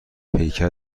پیکر